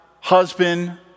husband